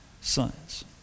sons